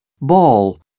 ball